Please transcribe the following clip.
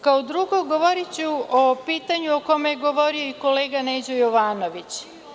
Kao drugo, govoriću o pitanju o kome je govorio i kolega Neđo Jovanović.